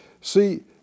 See